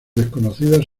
desconocidas